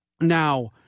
Now